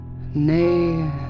Nay